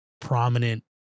prominent